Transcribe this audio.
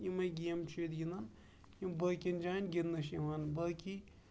یِمے گیمہٕ چھِ ییٚتہِ گِندان یِم باقین جاین گِندنہٕ چھِ یِوان باقی